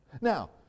Now